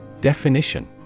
Definition